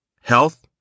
health